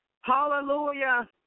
Hallelujah